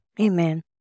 Amen